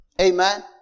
Amen